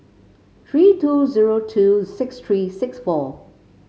three two zero two six three six four